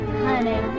honey